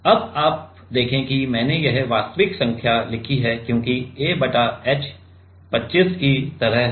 अब आप देखें कि मैंने यह वास्तविक संख्या लिखी है क्योंकि a बटा h 25 की तरह है